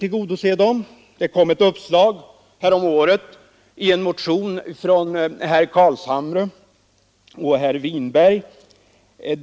Häromåret kom det också ett uppslag i en motion av herr Carlshamre och herr Winberg.